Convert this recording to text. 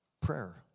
Prayer